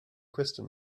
kristen